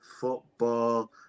football